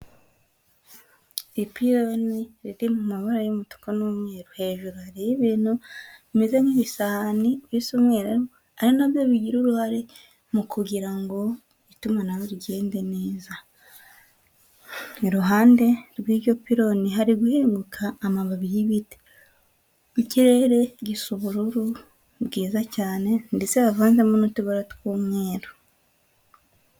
Ipironi riri mu mabara y'umutuku, n'umweru hejuru hari ibintu bimeze nk'isahani bisa umweru ahari nabyo bigira uruhare mu kugira ngo itumanaho rigende neza iruhande rw'ipiloni hari guhinguka amababi y'ibiti ikirere gisa ubururu bwiza cyane ndetse havanzemo n'utubara tw'umweru.